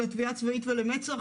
לתביעה הצבאית ולמצ"ח,